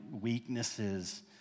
weaknesses